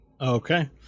Okay